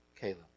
Caleb